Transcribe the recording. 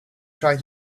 try